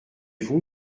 vous